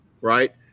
right